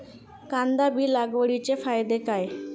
कांदा बी लागवडीचे फायदे काय?